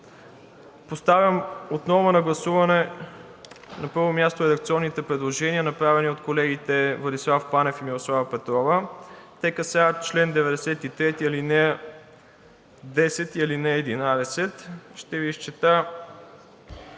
Поставям отново на гласуване, на първо място, редакционните предложения, направени от колегите Владислав Панев и Мирослава Петрова – те касаят чл. 93, ал. 10 и ал. 11. Ще Ви изчета